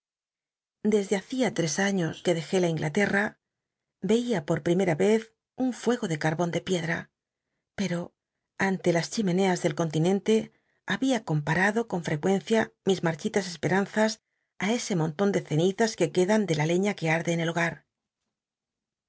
desde hacia tres aiíos que dejé la lnglatera yeia por pl'imera vez un ruego de carbon de picdm pero ante las chimeneas del continente habia comanzas patado con fiecuencia mis marchi tas espe tí ese monlon de cenizas que quedan do la lciia que arde en el boga